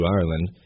Ireland